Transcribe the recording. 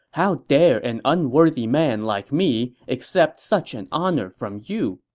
how dare an unworthy man like me accept such an honor from you?